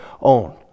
own